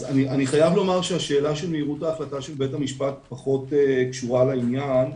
אני חייב לומר שהשאלה של מהירות ההחלטה של בית המשפט פחות קשורה לעניין,